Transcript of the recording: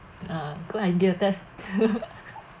ah good idea test